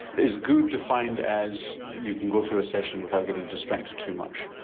is good defined as you can go through a session without getting distracted too much?